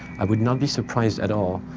i would not be surprised at all.